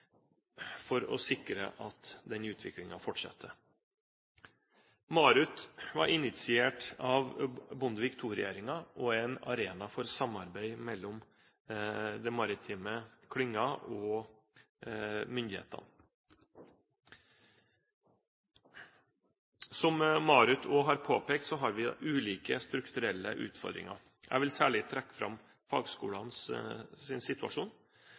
for å sikre at denne utviklingen fortsetter. MARUT var initiert av Bondevik II-regjeringen og en arena for samarbeid mellom den maritime klyngen og myndighetene. Som MARUT også har påpekt, har vi ulike strukturelle utfordringer. Jeg vil særlig trekke fram fagskolenes situasjon.